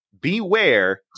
beware